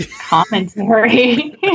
commentary